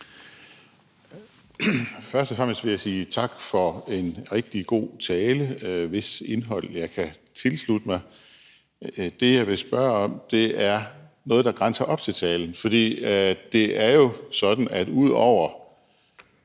først og fremmest sige tak for en rigtig god tale, hvis indhold jeg kan tilslutte mig. Det, jeg ville spørge om, er noget, der grænser op til talen. Det er jo sådan, at ud over